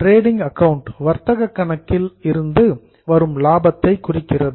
trading account வர்த்தக கணக்கில் இருந்து வரும் லாபத்தை குறிக்கிறது